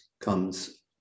comes